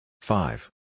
Five